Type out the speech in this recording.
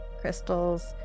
crystals